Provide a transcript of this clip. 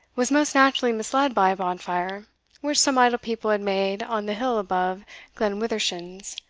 was most naturally misled by a bonfire which some idle people had made on the hill above glenwithershins,